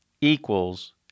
equals